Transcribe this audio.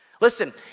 Listen